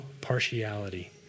partiality